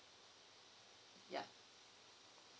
yup